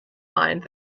mind